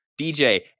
dj